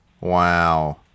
Wow